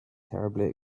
terribly